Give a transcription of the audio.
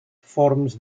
forms